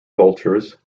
vultures